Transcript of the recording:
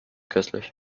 köstlich